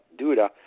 Duda